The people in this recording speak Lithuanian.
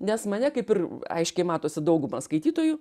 nes mane kaip ir aiškiai matosi daugumą skaitytojų